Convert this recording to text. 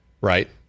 Right